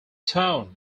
town